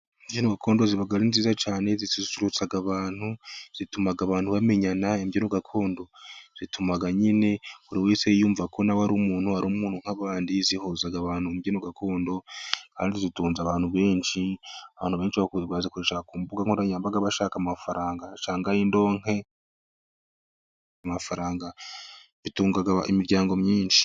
Imbyino gakondo ziba ari nziza cyane zisurutsa abantu zituma abantu bamenyana. Imbyino gakondo zituma nyine buri wese yiyumvako nawe ari umuntu ari umuntu nk'abandi zihuza abantu, imbyino gakondo kandi zitunze abantu benshi abantu benshi bazikoresha ku mbuga nkoranyambaga, bashaka amafaranga y'indonke amafaranga atunga imiryango myinshi.